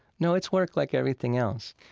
no, it's work, like everything else.